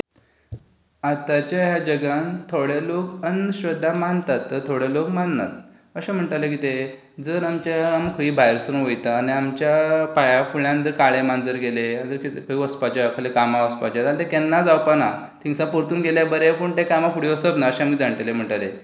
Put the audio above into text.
आताच्या ह्या जगांत थोडे लोक अंधश्रध्दा मानतात तर थोडे लोक माननात अशें म्हणटना कितें जर आमच्या आमी खंय भायर सरून वयता आनी आमच्या पांया फुड्यान जर काळें माजर गेलें जाल्यार ते वचपाचें आपल्या कामाक वचपाचें आसा तें केन्नाच जावपाना थिंनसा परतून गेल्यार बरें पूण त्या कामाक फुडें वसप ना अशें जाणटेले म्हणटाले